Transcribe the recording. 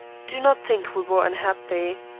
do not think we were unhappy.